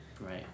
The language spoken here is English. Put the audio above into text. Right